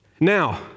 Now